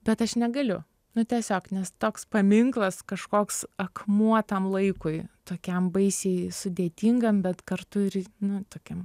bet aš negaliu nu tiesiog nes toks paminklas kažkoks akmuo tam laikui tokiam baisiai sudėtingam bet kartu ir nu tokiam